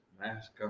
mask